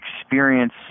experience